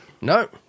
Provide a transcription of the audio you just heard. No